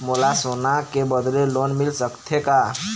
मोला सोना के बदले लोन मिल सकथे का?